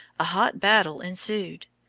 a hot battle ensued.